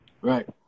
Right